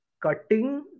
cutting